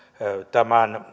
tämän